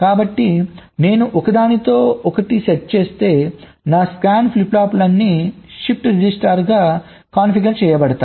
కాబట్టి నేను దానిని ఒకదానికి సెట్ చేస్తే నా స్కాన్ ఫ్లిప్ ఫ్లాప్లన్నీ షిఫ్ట్ రిజిస్టర్గా కాన్ఫిగర్ చేయబడతాయి